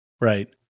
Right